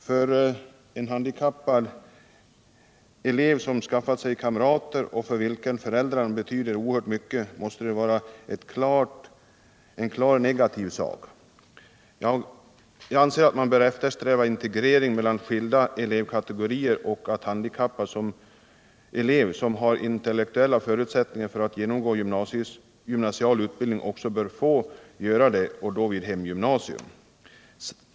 För en handikappad elev som skaffat sig kamrater och för vilken föräldrarna betyder oerhört mycket måste det vara en klart negativ sak. Jag anser att man bör eftersträva integrering mellan skilda elevkategorier och att handikappad elev, som har intellektuella förutsättningar för att genomgå gymnasial utbildning, också bör få göra det och då vid sitt hemgymnasium.